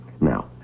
Now